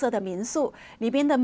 so that means or maybe in the